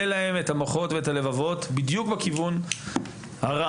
להם את המוחות ואת הלבבות בדיוק בכיוון הרע,